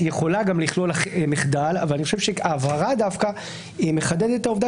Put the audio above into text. יכולה גם לכלול מחדל אבל אני חושב שההבהרה דווקא מחדדת את העובדה